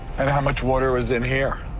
and how much water was in here?